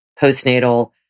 postnatal